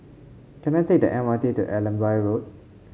can I take the M R T to Allenby Road